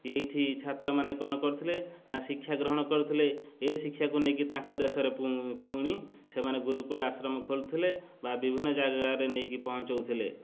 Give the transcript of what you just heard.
ଏଇଠି ଛାତ୍ରମାନେ କ'ଣ କରୁଥିଲେ ନା ଶିକ୍ଷା ଗ୍ରହଣ କରୁଥିଲେ ଏ ଶିକ୍ଷାକୁ ନେଇକି ତାଙ୍କ ଦେଶରେ ପୁଣି ସେମାନେ ଗୁରୁକୁଳ ଆଶ୍ରମ ଖୋଲୁଥିଲେ ବା ବିଭିନ୍ନ ଜାଗାରେ ନେଇକି ପହଞ୍ଚଉଥିଲେ